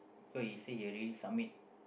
so you see he already summit